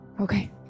Okay